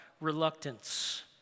reluctance